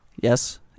Yes